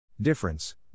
Difference